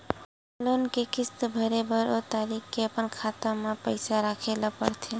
loan के किस्त भरे बर ओ तारीख के अपन खाता म पइसा राखे ल परथे